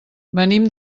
venim